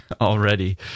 Already